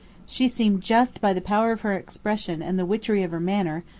she seemed just by the power of her expression and the witchery of her manner,